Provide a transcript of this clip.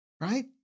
right